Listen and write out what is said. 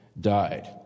died